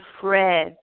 Fred